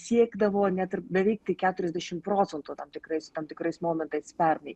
siekdavo net ir beveik tai keturiasdešim procentų tam tikrais tam tikrais momentais pernai